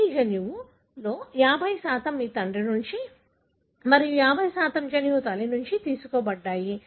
మీ జన్యువులో 50 మీ తండ్రి నుండి మరియు 50 జన్యువు తల్లి నుండి తీసుకోబడ్డాయి